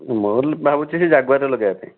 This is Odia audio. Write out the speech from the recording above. ମୋର ଭାବୁଛି ସେ ଜାଗୁଆରର ଲଗାଇବା ପାଇଁ